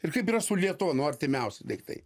ir kaip yra su lietuva nu artimiausi daiktai